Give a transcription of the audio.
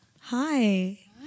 Hi